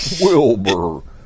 Wilbur